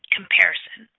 Comparison